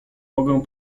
mogę